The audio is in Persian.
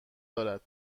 دارد